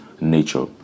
nature